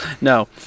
No